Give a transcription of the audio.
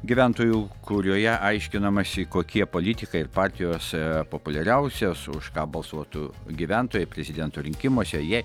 gyventojų kurioje aiškinamasi kokie politikai ir partijos populiariausios už ką balsuotų gyventojai prezidento rinkimuose jei